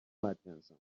بدجنسم